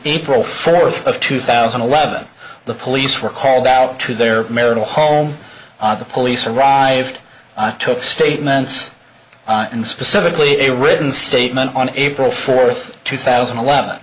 april fourth of two thousand and eleven the police were called out to their marital home the police arrived took statements and specifically a written statement on april fourth two thousand and eleven